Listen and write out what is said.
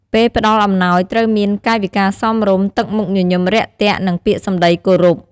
ពេលផ្តល់អំណោយ ត្រូវមាន កាយវិការសមរម្យ ទឹកមុខញញឹមរាក់ទាក់ និងពាក្យសម្តីគោរព។